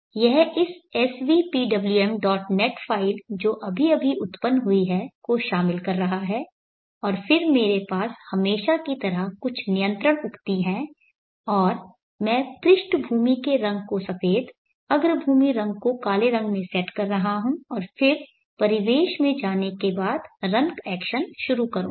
यह इस svpwmnet file जो अभी अभी उत्पन्न हुई है को शामिल कर रहा है और फिर मेरे पास हमेशा की तरह कुछ नियंत्रण उक्ति हैं और मैं पृष्ठभूमि के रंग को सफेद और अग्रभूमि रंग को काले रंग में सेट कर रहा हूं और फिर परिवेश में जाने के बाद रन एक्शन शुरू करूंगा